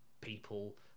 people